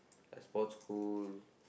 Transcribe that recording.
there's sports school